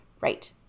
right